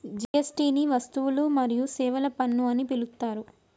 GST ని వస్తువులు మరియు సేవల పన్ను అని పిలుత్తారు